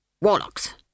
Warlocks